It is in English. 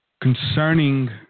concerning